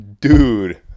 Dude